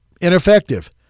ineffective